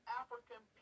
african